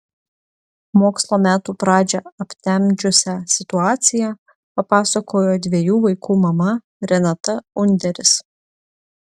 mokslo metų pradžią aptemdžiusią situaciją papasakojo dviejų vaikų mama renata underis